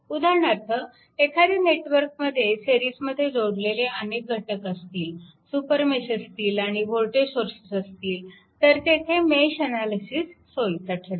उदाहरणार्थ एखाद्या नेटवर्कमध्ये सिरीजमध्ये जोडलेले अनेक घटक असतील सुपरमेश असतील आणि वोल्टेज सोर्सेस असतील तर तेथे मेश अनालिसिस सोयीचा ठरेल